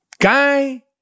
Guy